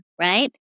right